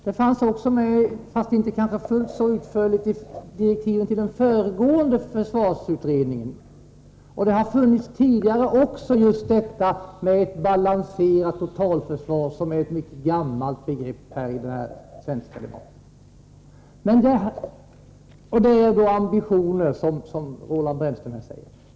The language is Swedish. Det fanns med, fast kanske inte fullt så utförligt, i direktiven till den föregående försvarsutredningen och tidigare också. Detta med ett balanserat totalförsvar är ett gammalt begrepp i den svenska debatten. Här gäller det ambitioner, säger Roland Brännström.